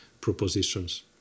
propositions